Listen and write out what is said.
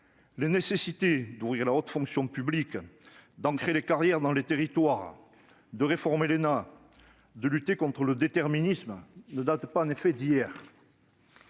Les nécessités d'ouvrir la haute fonction publique, d'ancrer les carrières dans les territoires, de réformer l'ENA, de lutter contre le déterminisme ne datent en effet pas d'hier.